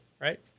right